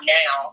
now